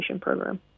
program